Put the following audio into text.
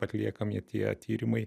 atliekami tie tyrimai